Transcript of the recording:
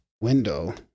window